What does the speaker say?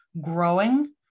growing